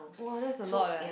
!wah! that's a lot eh